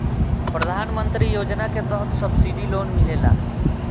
प्रधान मंत्री योजना के तहत सब्सिडी लोन मिलेला